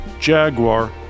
Jaguar